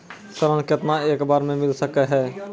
ऋण केतना एक बार मैं मिल सके हेय?